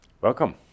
Welcome